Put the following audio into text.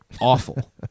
awful